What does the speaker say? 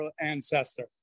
ancestor